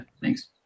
thanks